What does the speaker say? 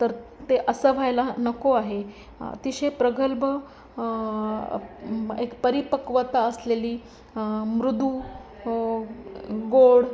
तर ते असं व्हायला नको आहे अतिशय प्रग्लभ एक परिपक्वता असलेली मृदू गोड